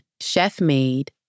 chef-made